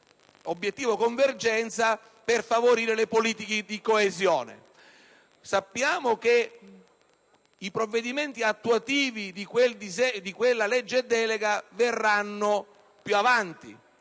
dell'obiettivo convergenza per favorire le politiche di coesione. Sappiamo che i provvedimenti attuativi di quella legge delega verranno più avanti,